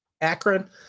Akron